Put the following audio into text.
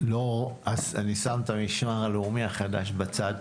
אני שם את המשמר הלאומי החדש בצד.